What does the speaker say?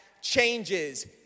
changes